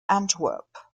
antwerp